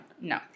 no